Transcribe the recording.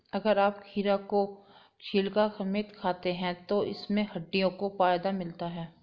अगर आप खीरा को छिलका समेत खाते हैं तो इससे हड्डियों को फायदा होता है